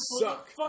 suck